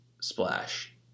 splash